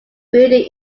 building